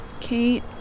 Kate